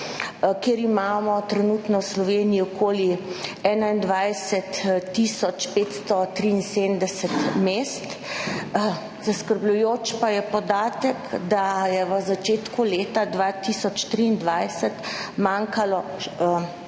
kjer imamo trenutno v Sloveniji okoli 21 tisoč 573 mest, zaskrbljujoč pa je podatek, da je v začetku leta 2023 manjkalo